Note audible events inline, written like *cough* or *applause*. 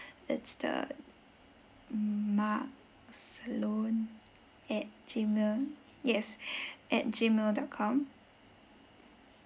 it's the mark sloan at gmail yes *breath* at gmail dot com